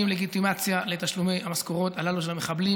לגיטימציה לתשלומי המשכורות הללו של המחבלים.